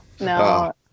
No